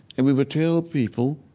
and we would tell people,